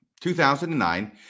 2009